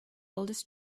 oldest